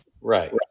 Right